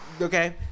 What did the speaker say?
Okay